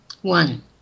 One